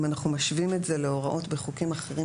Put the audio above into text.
אם אנחנו משווים את זה להוראות בחוקים אחרים